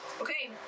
Okay